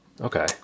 okay